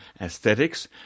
aesthetics